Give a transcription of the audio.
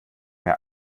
mehr